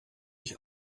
ich